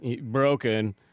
broken